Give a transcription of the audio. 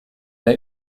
der